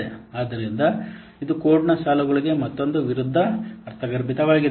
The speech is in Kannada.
ಆದ್ದರಿಂದ ಇದು ಕೋಡ್ನ ಸಾಲುಗಳಿಗೆ ಮತ್ತೊಂದು ವಿರುದ್ಧ ಅರ್ಥಗರ್ಭಿತವಾಗಿದೆ